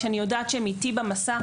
כשאני יודעת שהם איתי במסע,